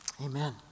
Amen